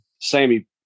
Sammy